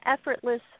effortless